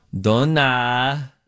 Donna